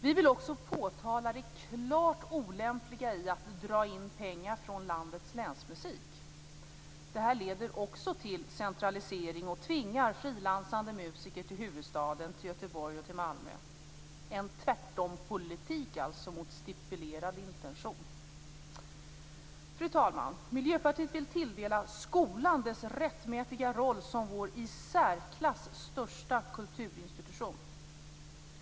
Vi vill också påtala det klart olämpliga i att dra in pengar från landets länsmusik. Det leder också till centralisering och tvingar frilansande musiker till huvudstaden, Göteborg och Malmö. Det är en tvärtompolitik mot stipulerad intention. Fru talman! Miljöpartiet vill tilldela skolan dess rättmätiga roll som vår i särklass största kulturinstitution.